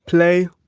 play,